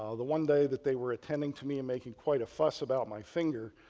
ah the one day that they were attending to me and making quite a fuss about my finger,